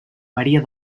maria